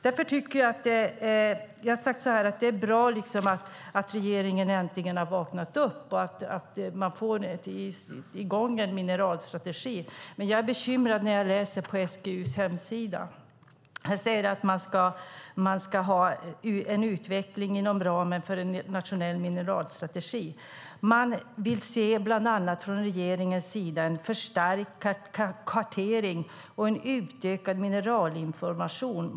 Vi har sagt att det är bra att regeringen äntligen har vaknat upp och att man får i gång en mineralstrategi. Men jag blir bekymrad när jag läser på SGU:s hemsida att man ska ha en utveckling inom ramen för en nationell mineralstrategi. Man vill bland annat se en förstärkt kartering och utökad mineralinformation från regeringens sida.